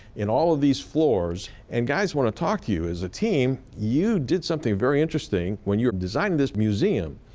in all of these floors. and, guys, i want to talk to you as a team. you did something very interesting when you were designing this museum.